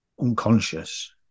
unconscious